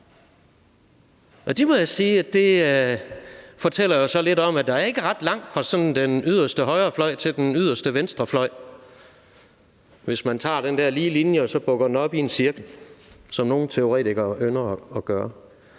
Det må jeg så sige fortæller lidt om, at der ikke er ret langt fra den yderste højrefløj til den yderste venstrefløj, hvis man tager den lige linje og bukker den op i en cirkel, som nogle teoretikere ynder at gøre.